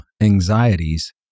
anxieties